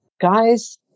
guys